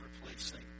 replacing